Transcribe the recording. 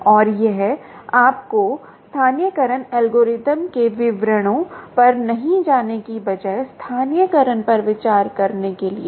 और यह आपको केवल स्थानीयकरण एल्गोरिदम के विवरणों पर नहीं जाने के बजाय स्थानीयकरण पर विचार करने के लिए है